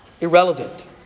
Irrelevant